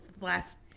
last